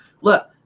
look